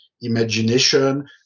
Imagination